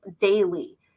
daily